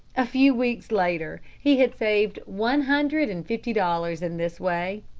a few weeks later he had saved one hundred and fifty dollars in this way.